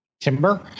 timber